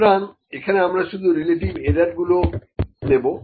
সুতরাং এখানে আমরা শুধু রিলেটিভ এরার গুলো নেবো